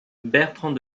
bertrand